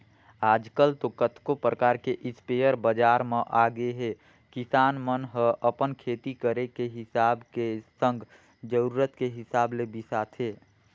आजकल तो कतको परकार के इस्पेयर बजार म आगेहे किसान मन ह अपन खेती करे के हिसाब के संग जरुरत के हिसाब ले बिसाथे